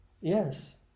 Yes